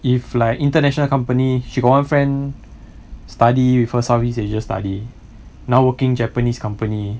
if like international company she got one friend study with a south east asia study now working japanese company